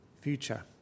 future